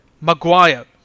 Maguire